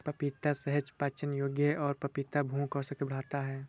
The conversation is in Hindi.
पपीता सहज पाचन योग्य है और पपीता भूख और शक्ति बढ़ाता है